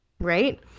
right